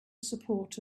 support